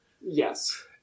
Yes